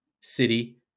City